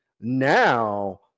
now